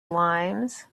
limes